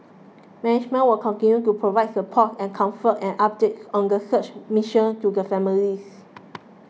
management will continue to provide support and comfort and updates on the search mission to the families